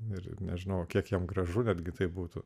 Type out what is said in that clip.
ir nežinojau kiek jam gražu netgi tai būtų